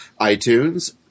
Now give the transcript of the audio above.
iTunes